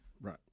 right